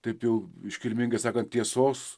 taip jau iškilmingai sakant tiesos